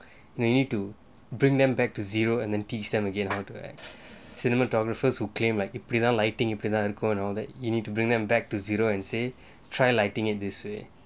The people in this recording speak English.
you need to bring them back to zero and then teach them again how to act cimematographers who came like implement lighting you and gone all that you need to bring them back to zero and say try lighting it this way